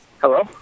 Hello